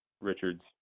Richard's